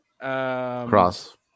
cross